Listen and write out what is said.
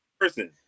person